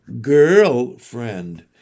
girlfriend